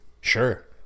Sure